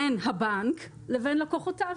בין הבנק לבין לקוחותיו.